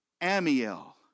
Amiel